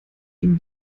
ihm